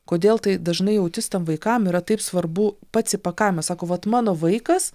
kodėl tai dažnai autistam vaikam yra taip svarbu pats įpakavimas sako vat mano vaikas